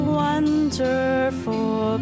wonderful